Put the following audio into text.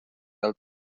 del